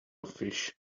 fish